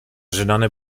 rzynane